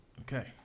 Okay